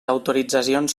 autoritzacions